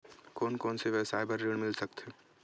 कोन कोन से व्यवसाय बर ऋण मिल सकथे?